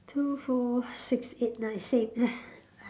two four six eight nine same